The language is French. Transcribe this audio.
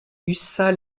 ussat